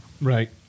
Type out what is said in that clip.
right